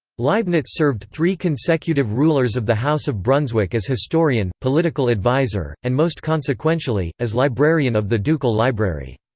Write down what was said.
leibniz served three consecutive rulers of the house of brunswick as historian, political adviser, and most consequentially, as librarian of the ducal library.